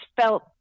felt